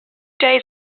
days